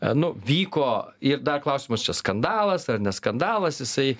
nu vyko ir dar klausimas čia skandalas ar ne skandalas jisai